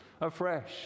afresh